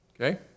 Okay